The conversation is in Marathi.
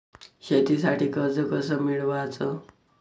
शेतीसाठी कर्ज कस मिळवाच?